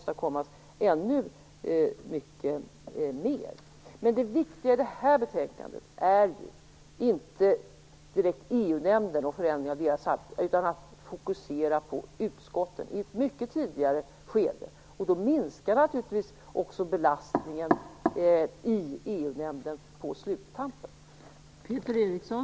Säkert kan ännu mer åstadkommas. Men det viktiga i det här betänkandet är inte EU nämnden och förändringar av det arbetet utan att man fokuserar på utskotten i ett mycket tidigare skede. Då minskar naturligtvis också belastningen i EU nämnden på sluttampen.